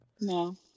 No